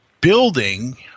building